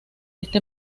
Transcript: este